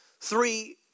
three